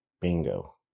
bingo